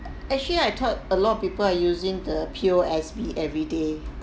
actually I thought a lot of people are using the P_O_S_B everyday